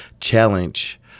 challenge